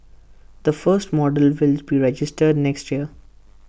the first models will be registered next year